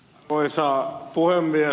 arvoisa puhemies